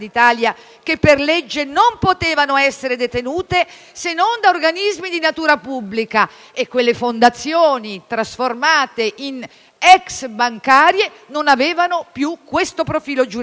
che per legge non potevano essere detenute se non da organismi di natura pubblica e quelle fondazioni, trasformate in ex bancarie, non avevano più questo profilo giuridico.